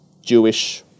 Jewish